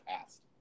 past